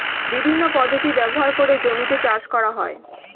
বিভিন্ন পদ্ধতি ব্যবহার করে জমিতে চাষ করা হয়